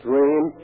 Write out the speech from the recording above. Dream